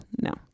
No